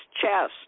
chest